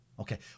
Okay